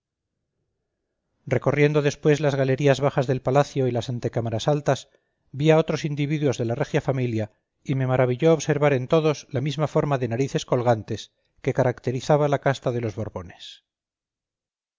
recorriendo después las galerías bajas del palacio y las antecámaras altas vi a otros individuos de la regia familia y me maravilló observar en todos la misma forma de narices colgantes que caracterizaba la casta de los borbones